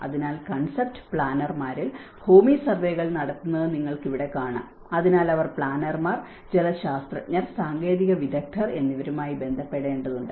അതിനാൽ കൺസെപ്റ്റ് പ്ലാനർമാരിൽ ഭൂമി സർവേകൾ നടത്തുന്നത് നിങ്ങൾക്ക് ഇവിടെ കാണാം അതിനാൽ അവർ പ്ലാനർമാർ ജലശാസ്ത്രജ്ഞർ സാങ്കേതിക വിദഗ്ധർ എന്നിവരുമായി ബന്ധപ്പെടേണ്ടതുണ്ട്